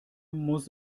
muss